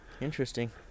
Interesting